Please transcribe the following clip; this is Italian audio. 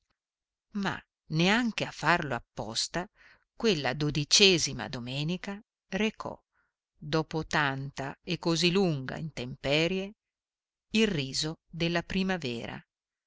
ma neanche a farlo apposta quella dodicesima domenica recò dopo tanta e così lunga intemperie il riso della primavera